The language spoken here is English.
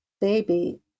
baby